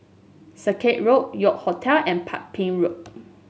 Circuit Road York Hotel and Ping Road